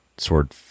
sword